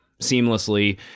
seamlessly